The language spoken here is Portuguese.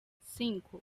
cinco